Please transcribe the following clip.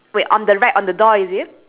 the word shop then one